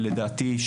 לדעתי,